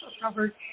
covered